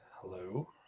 hello